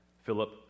Philip